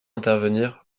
intervenir